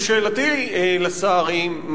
ושאלתי לשר היא,